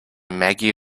maggie